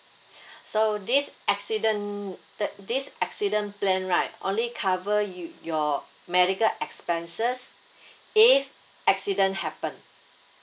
so this accident th~ this accident plan right only cover you your medical expenses if accident happened